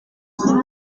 охин